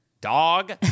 dog